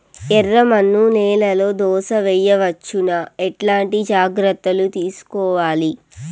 ఎర్రమన్ను నేలలో దోస వేయవచ్చునా? ఎట్లాంటి జాగ్రత్త లు తీసుకోవాలి?